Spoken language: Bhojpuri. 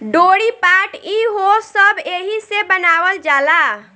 डोरी, पाट ई हो सब एहिसे बनावल जाला